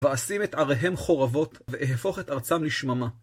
ואשים את עריהם חורבות, ואהפוך את ארצם לשממה.